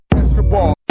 Basketball